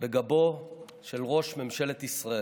בגבו של ראש ממשלת ישראל.